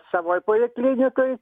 savoj poliklinikoj